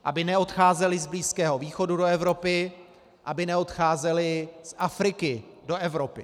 Aby neodcházeli z Blízkého východu do Evropy, aby neodcházeli z Afriky do Evropy.